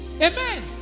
Amen